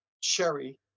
Sherry